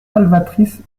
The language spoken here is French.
salvatrice